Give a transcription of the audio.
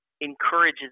encourages